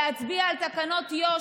להצביע על תקנות יו"ש,